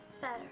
Better